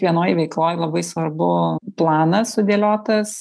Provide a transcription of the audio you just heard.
vienoj veikloj labai svarbu planas sudėliotas